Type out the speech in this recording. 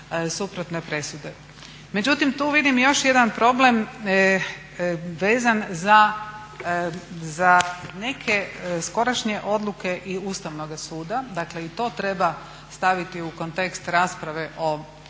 suprotne presude. Međutim, tu vidim i još jedan problem vezan za neke skorašnje odluke i Ustavnoga suda, dakle i to treba staviti u kontekst rasprave o